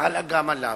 חלה גם עליו.